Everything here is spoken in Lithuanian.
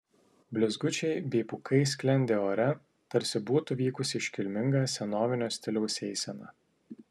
blizgučiai bei pūkai sklendė ore tarsi būtų vykusi iškilminga senovinio stiliaus eisena